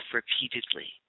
repeatedly